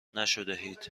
نشدهاید